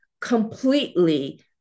completely